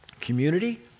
community